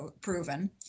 proven